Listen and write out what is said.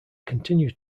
continue